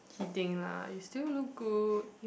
kidding lah you still look good